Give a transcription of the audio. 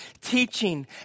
teaching